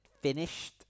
finished